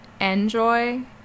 enjoy